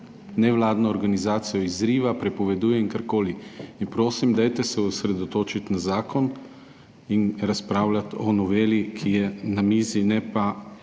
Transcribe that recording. nevladno organizacijo izriva, prepoveduje in karkoli. In prosim, dajte se osredotočiti na zakon in razpravljati o noveli, ki je na mizi, ne pa